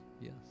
Yes